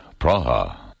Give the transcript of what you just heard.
Praha